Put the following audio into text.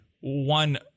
one